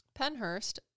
Penhurst